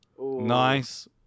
Nice